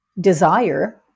desire